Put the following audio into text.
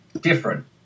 different